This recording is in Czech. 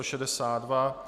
62.